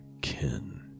kin